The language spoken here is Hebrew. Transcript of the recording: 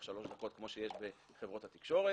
שלוש דקות כפי שיש בחברות התקשורת.